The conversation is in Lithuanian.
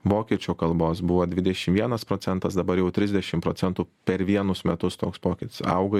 vokiečių kalbos buvo dvidešim vienas procentas dabar jau trisdešim procentų per vienus metus toks pokytis auga